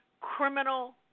criminal